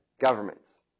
governments